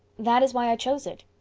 that is why i chose it.